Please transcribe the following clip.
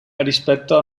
rispetto